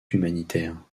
humanitaire